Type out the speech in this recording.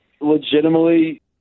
legitimately